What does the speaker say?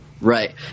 right